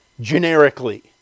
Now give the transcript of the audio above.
generically